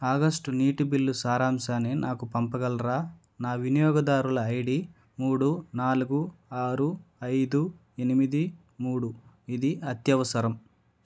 August నీటి bill సారాంశాన్ని నాకు పంపగలరా నా వినియోగదారుల ఐడి మూడు నాలుగు ఆరు ఐదు ఎనిమిది మూడు ఇది అత్యవసరం